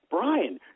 Brian